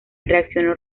reaccionó